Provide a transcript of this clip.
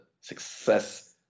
success